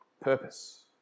purpose